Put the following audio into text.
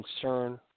concern